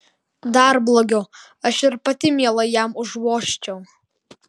dar blogiau aš ir pati mielai jam užvožčiau